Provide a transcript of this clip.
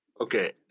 Okay